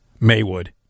Maywood